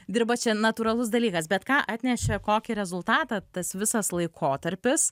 dirba čia natūralus dalykas bet ką atnešė kokį rezultatą tas visas laikotarpis